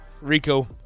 Rico